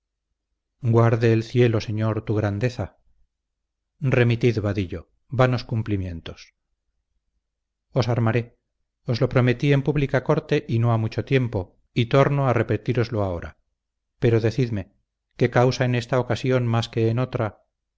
guarde el cielo señor tu grandeza remitid vadillo vanos cumplimientos os armaré os lo prometí en pública corte y no ha mucho tiempo y tomo a repetíroslo ahora pero decidme qué causa en esta ocasión más que en otra